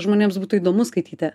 žmonėms būtų įdomu skaityti